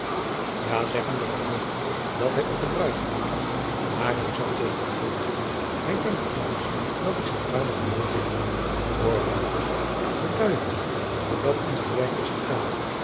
ja zeg hem dat ik hoop dat hij op de bruiloft maar hij zal toch niet willen hij denkt immers dat ik zijn vader vermoord heb hoor bouke bedui hem toch hoe dat in zijn werk is gegaan